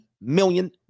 million